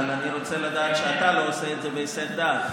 אבל אני רוצה לדעת שאתה לא עושה את זה בהיסח הדעת.